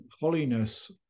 holiness